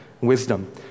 wisdom